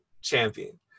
champion